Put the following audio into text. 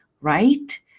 right